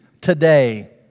today